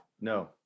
No